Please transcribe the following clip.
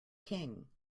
king